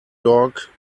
dog